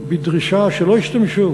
בדרישה שלא ישתמשו